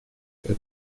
этого